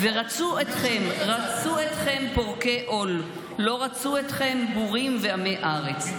ורצו אתכם פורקי עול, לא רצו אתכם בורים ועמי ארץ.